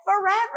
forever